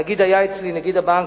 הנגיד היה אצלי, נגיד הבנק,